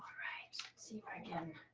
right, see if i can